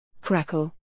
Crackle